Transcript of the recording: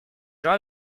gens